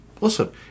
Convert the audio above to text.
listen